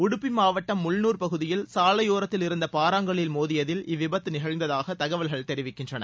உடுப்பி மாவட்டம் முல்நூர் பகுதியில் சாலையோரத்தில் இருந்த பாராங்கல்லில் மோதியதில் இவ்விபத்து நிகழ்ந்ததாக தகவல்கள் தெரிவிக்கின்றன